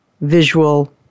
visual